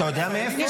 אתה יודע מאיפה?